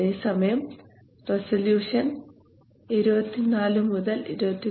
അതേസമയം റസല്യൂഷൻ 24 മുതൽ 24